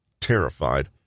terrified